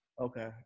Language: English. Okay